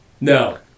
No